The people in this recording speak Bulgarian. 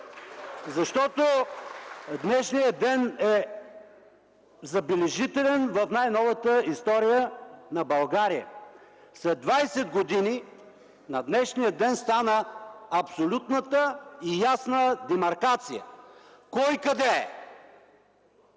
Защото днешният ден е забележителен в най-новата история на България. След 20 години, на днешния ден стана абсолютната и ясна демаркация кой къде е.